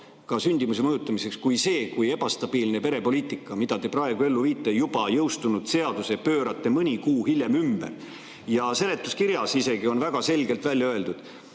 sündimuse mõjutamiseks kui see, et on ebastabiilne perepoliitika, mida te praegu ellu viite. Juba jõustunud seaduse pöörate mõni kuu hiljem ümber. Isegi seletuskirjas on väga selgelt välja öeldud: